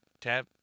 tap